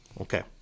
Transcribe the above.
Okay